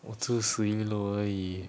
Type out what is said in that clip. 我住十一楼而已